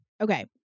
Okay